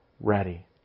ready